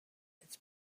its